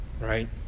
right